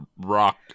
Rock